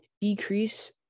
decrease